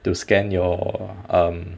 to scan your um